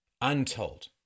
untold